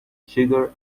sugar